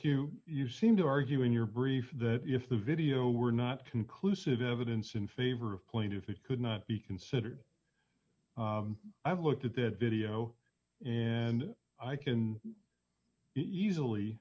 you you seem to argue in your brief that if the video were not conclusive evidence in favor of point if it could not be considered i've looked at that video and i can easily